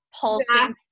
pulsing